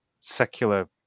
secular